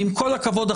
ועם כל הכבוד,